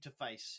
interface